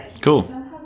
cool